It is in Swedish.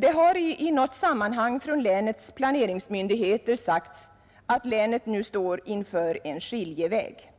Det har i något sammanhang från länets planeringsmyndigheter sagts att länet står inför en skiljeväg: